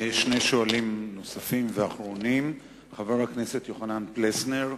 שני שואלים נוספים ואחרונים: חבר הכנסת יוחנן פלסנר,